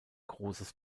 großes